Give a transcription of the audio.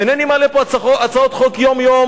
אינני מעלה פה הצעות חוק יום-יום,